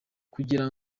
kugira